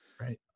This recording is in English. right